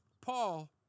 Paul